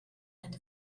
and